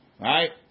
Right